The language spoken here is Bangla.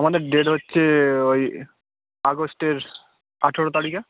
আমাদের ডেট হচ্ছে ওই আগস্টের আঠেরো তারিখে